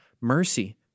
mercy